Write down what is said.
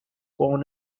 born